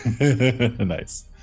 nice